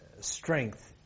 strength